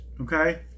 Okay